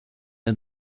est